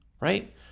right